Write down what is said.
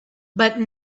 but